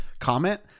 comment